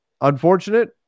unfortunate